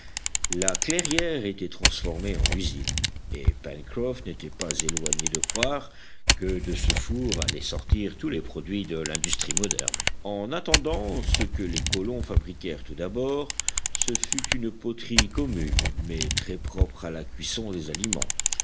la clairière était transformée en usine et pencroff n'était pas éloigné de croire que de ce four allaient sortir tous les produits de l'industrie moderne en attendant ce que les colons fabriquèrent tout d'abord ce fut une poterie commune mais très propre à la cuisson des aliments